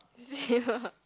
is it